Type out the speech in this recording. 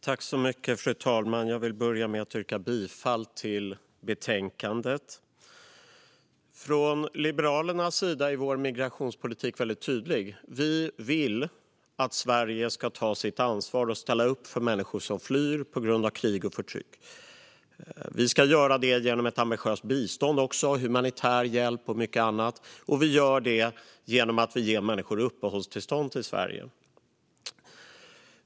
Fru talman! Jag vill börja med att yrka bifall till utskottets förslag i betänkandet. Liberalernas migrationspolitik är väldigt tydlig. Vi vill att Sverige ska ta sitt ansvar och ställa upp för människor som flyr på grund av krig och förtryck. Vi ska göra det även genom ett ambitiöst bistånd, humanitär hjälp och mycket annat, och vi gör det genom att vi ger människor uppehållstillstånd i Sverige.